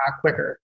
quicker